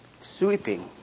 sweeping